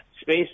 space